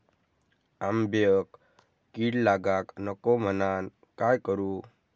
आंब्यक कीड लागाक नको म्हनान काय करू?